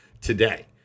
today